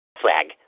Flag